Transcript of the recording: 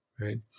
Right